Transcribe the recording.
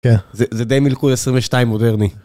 כן. זה די מלכוד 22 מודרני.